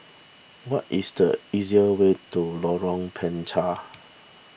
what is the easier way to Lorong Panchar